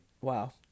wow